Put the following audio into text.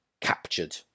captured